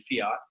fiat